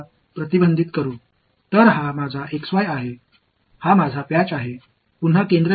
இது எனது x y இது எனது இணைப்பு